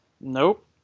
Nope